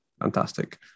fantastic